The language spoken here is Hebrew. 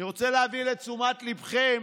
אני רוצה להביא לתשומת ליבכם